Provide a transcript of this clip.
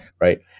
right